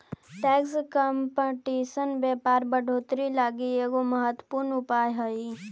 tax competition व्यापार बढ़ोतरी लगी एगो महत्वपूर्ण उपाय हई